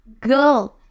Go